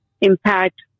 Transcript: impact